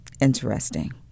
interesting